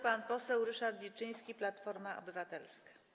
Pan poseł Ryszard Wilczyński, Platforma Obywatelska.